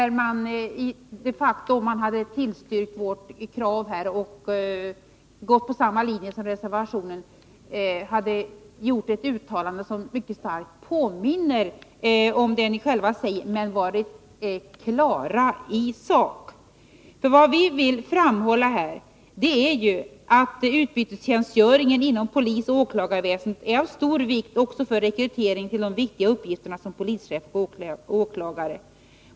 Om man tillstyrkt vårt krav och gått på samma linje som reservationen hade man de facto gjort ett uttalande som mycket starkt påminner om det ni själva säger men som varit klart i sak. Vad vi vill framhålla är att utbytestjänstgöringen inom polisoch åklagarväsendet är av stor vikt också för rekryteringen till de viktiga uppgifterna som polischef och åklagare.